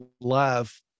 live